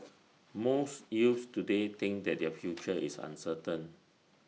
most youths today think that their future is uncertain